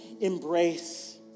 embrace